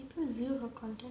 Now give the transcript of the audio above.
people view her content